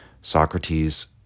socrates